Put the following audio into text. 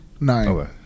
Nine